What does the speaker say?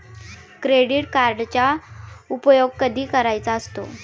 Credit कार्डचा उपयोग कधी करायचा असतो?